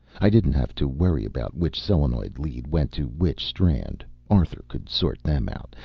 i didn't have to worry about which solenoid lead went to which strand arthur could sort them out.